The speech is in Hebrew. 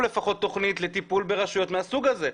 לפחות תוכנית לטיפול ברשויות מהסוג הזה,